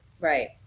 Right